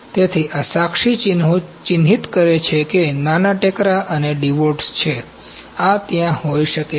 તેથી આ સાક્ષી ચિહ્નિત કરે છે કે નાના ટેકરા અને ડિવોટ્સ છે આ ત્યાં હોઈ શકે છે